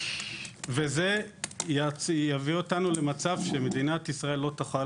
וזה יביא אותנו למצב שמדינת ישראל לא תוכל